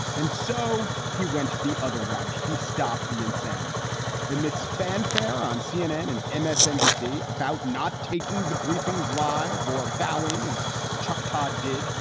and so he went the other route. he stopped the insanity amidst fanfare on cnn and ah msnbc about not taking the briefings live or vowing, as chuck todd did,